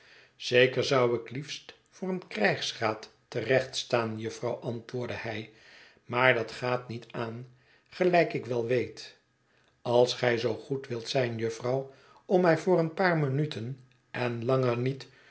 zeker zou ik liefst voor een krijgsraad te recht staan jufvrouw antwoordde hij maar dat gaat niet aan gelijk ik wel weet als gij zoo goed wilt zijn jufvrouw om mij voor een paar minuten en langer niet